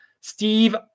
Steve